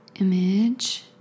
image